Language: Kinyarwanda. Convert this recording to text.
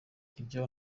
ibyo